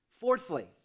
Fourthly